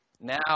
Now